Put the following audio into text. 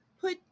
put